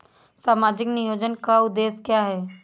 सामाजिक नियोजन का उद्देश्य क्या है?